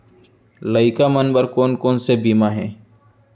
लइका मन बर कोन कोन से बीमा हे?